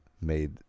made